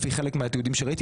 לפי חלק מהתיעודים שראיתי,